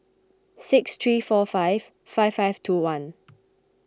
six three four five five five two one